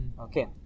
Okay